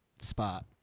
spot